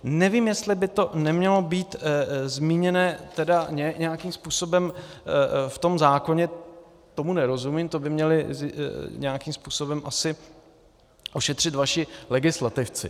Nevím, jestli by to nemělo být zmíněno nějakým způsobem v zákoně, tomu nerozumím, to by měli nějakým způsobem asi ošetřit vaši legislativci.